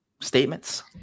statements